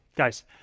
guys